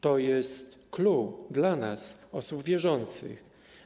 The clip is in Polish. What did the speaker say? To jest clou dla nas, osób wierzących.